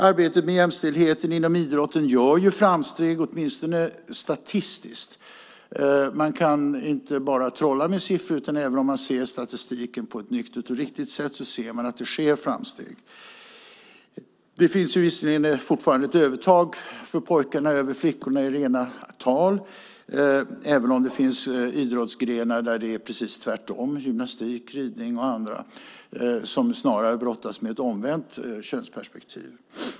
Arbetet med jämställdheten inom idrotten gör framsteg, åtminstone statistiskt. Man kan inte bara trolla med siffror, utan även om man ser statistiken på ett nyktert och riktigt sätt ser man att det sker framsteg. Det finns visserligen fortfarande ett övertag för pojkarna gentemot flickorna i rena tal, även om det finns idrottsgrenar där det är precis tvärtom - gymnastik, ridning och andra. Dessa grenar brottas snarare med ett omvänt könsperspektiv.